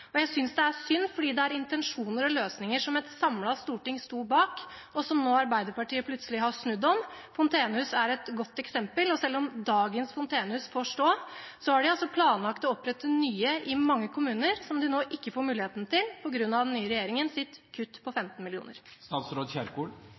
og jeg synes det er synd fordi det er intensjoner og løsninger som et samlet storting sto bak, og der Arbeiderpartiet nå plutselig har snudd. Fontenehus er et godt eksempel. Selv om dagens fontenehus får stå, har de altså planlagt å opprette nye i mange kommuner som de nå ikke får muligheten til på grunn av den nye regjeringens kutt på